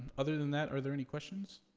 other than that are there any questions?